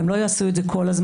הם לא יעשו את זה כל הזמן,